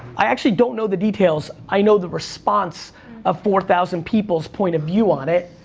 i actually don't know the details, i know the response of four thousand people's point of view on it.